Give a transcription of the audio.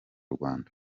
rwanda